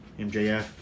MJF